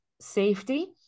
safety